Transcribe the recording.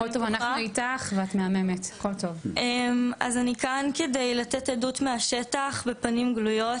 אז אני כאן כדי לתת עדות מהשטח בפנים גלויות,